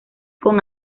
con